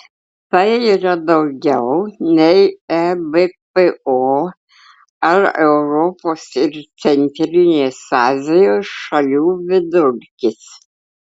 tai yra daugiau nei ebpo ar europos ir centrinės azijos šalių vidurkis